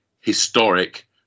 historic